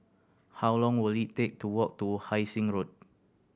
how long will it take to walk to Hai Sing Road